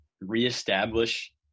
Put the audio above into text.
reestablish